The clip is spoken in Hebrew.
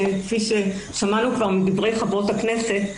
שכפי ששמענו כבר מדברי חברות הכנסת,